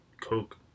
Coke